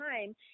time